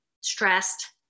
stressed